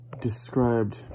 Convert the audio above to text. described